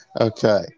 Okay